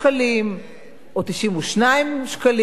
או 92 שקלים, רק על